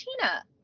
Tina